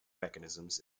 mechanisms